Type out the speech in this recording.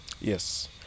Yes